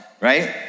right